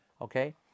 okay